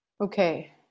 okay